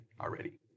already